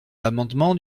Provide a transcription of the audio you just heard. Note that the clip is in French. l’amendement